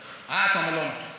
אה, אתה אומר: לא נכון.